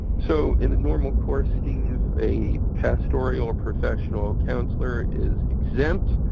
so, in the normal course steve, a pastoral or professional counselor is exempt.